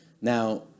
Now